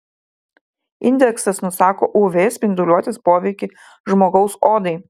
indeksas nusako uv spinduliuotės poveikį žmogaus odai